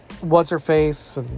What's-Her-Face